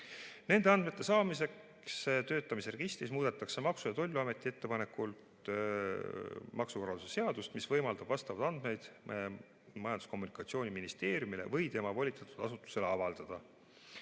Nende andmete saamiseks töötamise registrist muudetakse Maksu‑ ja Tolliameti ettepanekul maksukorralduse seadust, mis võimaldab vastavaid andmeid Majandus‑ ja Kommunikatsiooniministeeriumile või tema volitatud asutusele avaldada.